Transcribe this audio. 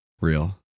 Real